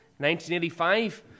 1985